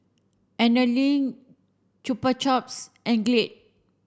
Anlene Chupa Chups and Glade